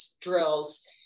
drills